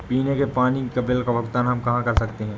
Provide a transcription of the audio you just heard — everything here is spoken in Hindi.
पीने के पानी का बिल का भुगतान हम कहाँ कर सकते हैं?